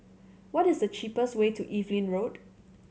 what is the cheapest way to Evelyn Road